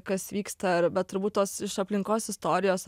kas vyksta ir bet turbūt tos iš aplinkos istorijos